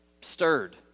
stirred